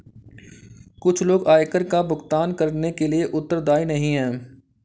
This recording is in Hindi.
कुछ लोग आयकर का भुगतान करने के लिए उत्तरदायी नहीं हैं